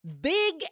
Big